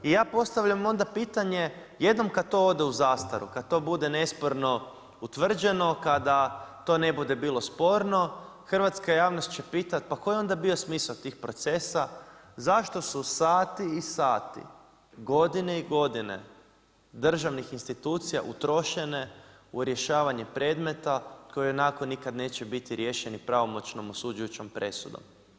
I ja postavljam onda pitanje jednom kad to ode u zastaru, kad to bude nesporno utvrđeno, kada to ne bude bilo sporno hrvatska javnost će pitat pa koji je onda bio smisao tih procesa, zašto su sati i sati, godine i godine državnih institucija utrošene u rješavanje predmeta koji ionako nikad neće biti riješeni pravomoćnom osuđujućom presudom.